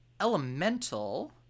elemental